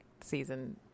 season